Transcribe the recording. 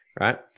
right